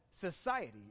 society